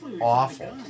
awful